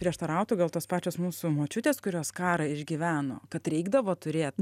prieštarautų gal tos pačios mūsų močiutės kurios karą išgyveno kad reikdavo turėt